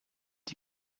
die